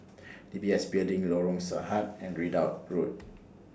D B S Building Lorong Sahad and Ridout Road